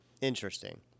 Interesting